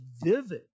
vivid